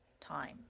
time